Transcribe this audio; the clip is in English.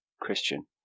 Christian